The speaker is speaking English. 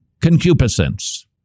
concupiscence